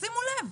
תשימו לב,